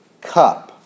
cup